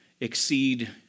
exceed